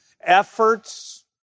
efforts